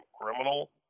criminal